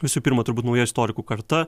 visų pirma turbūt nauja istorikų karta